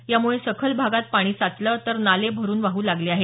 यामुळे सखल भागात पाणी साचले तर नाले भरून वाहू लागले आहेत